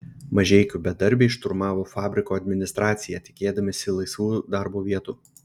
mažeikių bedarbiai šturmavo fabriko administraciją tikėdamiesi laisvų darbo vietų